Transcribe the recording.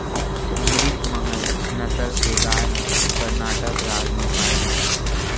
अमरितमहल नसल के गाय ह करनाटक राज म पाए जाथे